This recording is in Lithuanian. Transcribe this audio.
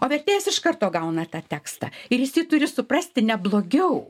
o vertėjas iš karto gauna tą tekstą ir jis jį turi suprasti ne blogiau